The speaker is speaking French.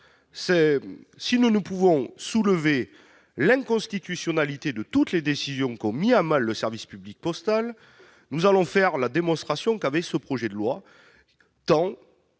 Si nous ne pouvons soulever la question de l'inconstitutionnalité de toutes les décisions qui ont mis à mal le service public postal, nous allons faire la démonstration que ce projet de loi tend